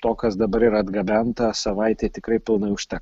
to kas dabar yra atgabenta savaitei tikrai pilnai užtekt